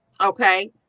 Okay